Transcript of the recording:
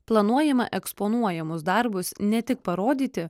planuojama eksponuojamus darbus ne tik parodyti